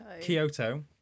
Kyoto